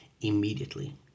immediately